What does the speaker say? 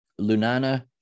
Lunana